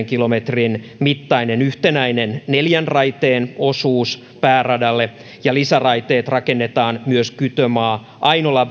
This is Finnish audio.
kilometrin mittainen yhtenäinen neljän raiteen osuus pääradalle ja lisäraiteet rakennetaan myös kytömaa ainola